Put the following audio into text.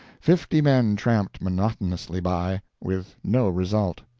fifty men tramped monotonously by with no result.